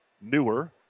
newer